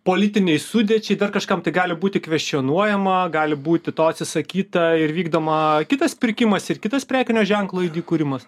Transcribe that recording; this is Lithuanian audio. politinei sudėčiai kažkam tai gali būti kveščionuojama gali būti to atsisakyta ir vykdoma kitas pirkimas ir kitas prekinio ženklo aidi kūrimas